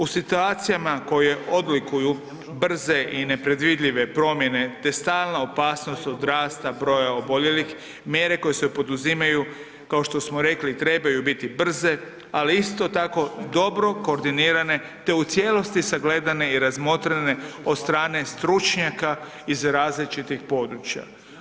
U situacijama koje odlikuju brze i nepredvidljive promjene, te stalna opasnost od rasta broja oboljelih, mjere koje se poduzimaju, kao što smo rekli, trebaju biti brze, ali isto tako dobro koordinirane, te u cijelosti sagledane i razmotrene od strane stručnjaka iz različitih područja.